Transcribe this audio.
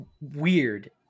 weird